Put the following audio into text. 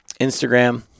Instagram